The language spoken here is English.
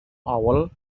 owl